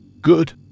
Good